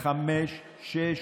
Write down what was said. חמש-שש,